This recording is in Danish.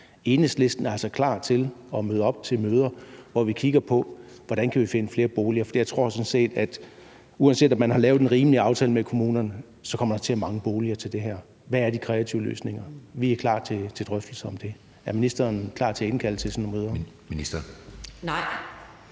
Enhedslisten er altså klar til at møde op til forhandlinger, hvor vi kigger på, hvordan vi kan finde flere boliger, for jeg tror sådan set, at uanset man har lavet en rimelig aftale med kommunerne, så kommer der til at mangle boliger til det her. Derfor synes jeg, at jeg mangler lidt at få svar på: Hvad er de kreative løsninger? Vi er klar til drøftelser om det – er ministeren klar til at indkalde til sådan nogle møder? Kl.